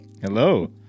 hello